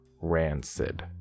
rancid